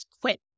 quit